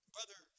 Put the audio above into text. Brother